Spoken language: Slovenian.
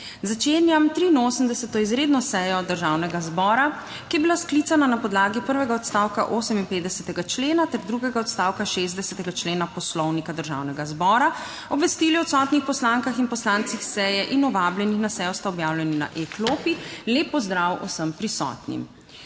Začenjam 83. izredno sejo Državnega zbora, ki je bila sklicana na podlagi prvega odstavka 58. člena ter drugega odstavka 60. člena Poslovnika Državnega zbora. Obvestili o odsotnih poslankah in poslancih seje in vabljenih na sejo sta objavljeni na e-klopi. Lep pozdrav vsem prisotnim!